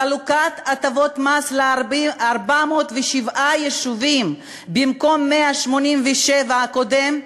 חלוקת הטבות מס ל-407 יישובים במקום ל-187 קודם לכן,